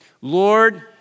Lord